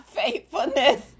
faithfulness